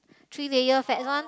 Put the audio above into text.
three layer fats one